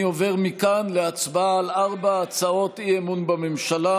אני עובר מכאן להצבעה על ארבע הצעות אי-אמון בממשלה,